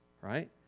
right